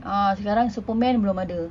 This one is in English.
uh sekarang superman belum ada